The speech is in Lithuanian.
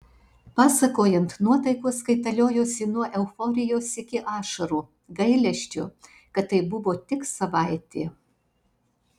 pasakojant nuotaikos kaitaliojosi nuo euforijos iki ašarų gailesčio kad tai buvo tik savaitė